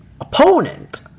opponent